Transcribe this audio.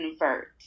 convert